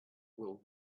will